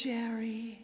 Jerry